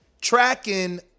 tracking